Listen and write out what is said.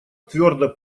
твердо